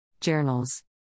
Journals